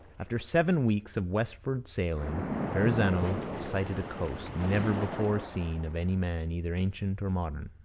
after seven weeks of westward sailing verrazano sighted a coast never before seen of any man either ancient or modern